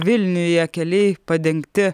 vilniuje keliai padengti